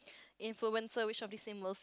influencer which of these symbols